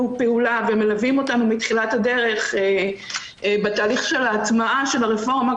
פעולה ומלווים אותנו מתחילת הדרך בתהליך של ההטמעה של הרפורמה,